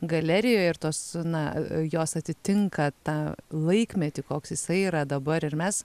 galerijoje ir tos na jos atitinka tą laikmetį koks jisai yra dabar ir mes